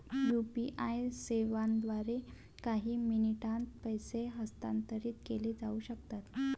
UPI सेवांद्वारे काही मिनिटांत पैसे हस्तांतरित केले जाऊ शकतात